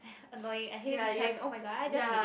annoying I hate this kind oh-my-god I just hate it